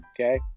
Okay